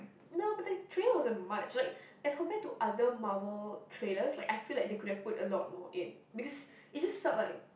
no but the trailer wasn't much like as compare to other Marvel trailers like I feel like they could have put a lot more in because it just felt like